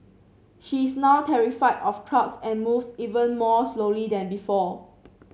she is now terrified of crowds and moves even more slowly than before